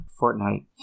Fortnite